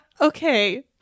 Okay